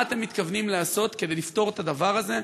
מה אתם מתכוונים לעשות כדי לפתור את הדבר הזה,